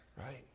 Right